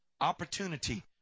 opportunity